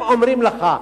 אם אומרים לך: